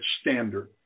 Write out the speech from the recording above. standard